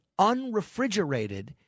unrefrigerated